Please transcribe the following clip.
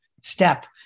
step